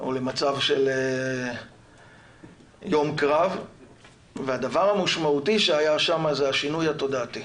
או למצב של יום קרב והדבר המשמעותי שהיה שם זה השינוי התודעתי.